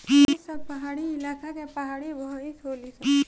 ई सब पहाड़ी इलाका के पहाड़ी भईस होली सन